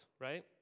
right